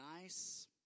nice